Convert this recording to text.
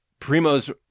Primos